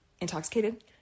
intoxicated